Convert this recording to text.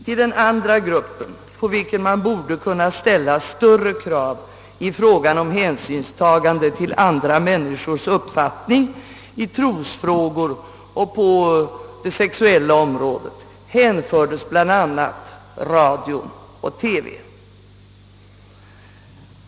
Till den andra gruppen, på vilken man borde kunna ställa större krav i fråga om hänsynstagande till andra människors uppfattning i trosfrågor och på det sexuella området, hänfördes bl.a. radio och TV.